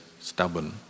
stubborn